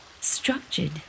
structured